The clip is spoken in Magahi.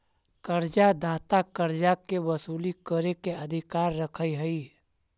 कर्जा दाता कर्जा के वसूली करे के अधिकार रखऽ हई